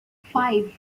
five